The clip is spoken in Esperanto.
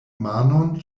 manon